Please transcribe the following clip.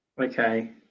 Okay